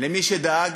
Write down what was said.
למי שדאג: